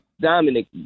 Dominic